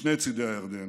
משני צידי הירדן,